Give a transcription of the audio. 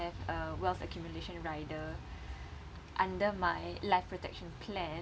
have a wealth accumulation rider under my life protection plan